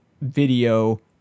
video